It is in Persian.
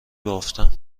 بافتم